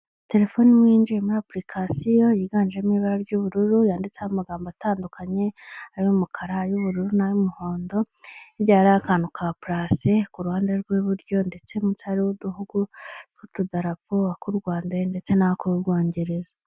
Terefone imwe yinjiye muri apulikasiyo yiganjemo ibara ry'ubururu yanditseho amagambo atandukanye, ay'umukara y'ubururu n'ay'umuhondo, hirya hari akantu ka pulasi ku ruhande rw'iburyo ndetse munsi harimo uduhugu tw'utudarapo tw'u Rwanda ndetse n'ak'u Bwongereza.